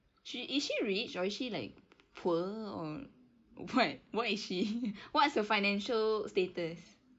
she is she rich or is she like poor or what what is she what's her financial status